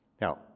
Now